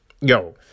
yo